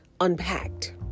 unpacked